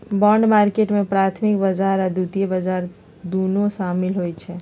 bond market में प्राथमिक बजार आऽ द्वितीयक बजार दुन्नो सामिल होइ छइ